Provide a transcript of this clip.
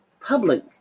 public